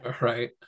right